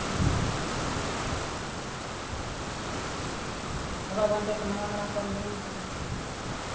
ᱦᱚᱨᱚᱜ ᱵᱟᱸᱫᱮ ᱠᱚ ᱱᱟᱣᱟ ᱱᱟᱣᱟ ᱠᱚ ᱩᱰᱩᱝ ᱠᱟᱫᱟ